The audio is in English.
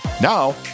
Now